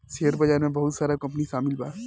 share बाजार में बहुत सारा कंपनी शामिल बा